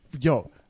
Yo